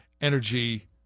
energy